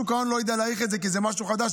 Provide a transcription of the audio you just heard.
שוק ההון לא יודע להעריך את זה, כי זה משהו חדש.